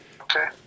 Okay